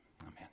Amen